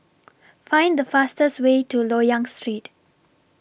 Find The fastest Way to Loyang Street